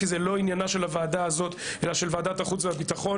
כי זה לא עניינה של הוועדה הזאת אלא של וועדת החוץ והביטחון.